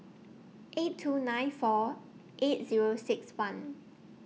eight two nine four eight Zero six one